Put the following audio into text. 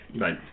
right